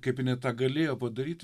kaip jinai tą galėjo padaryt